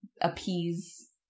appease